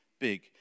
big